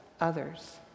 others